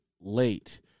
Late